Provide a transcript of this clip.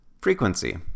Frequency